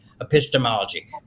epistemology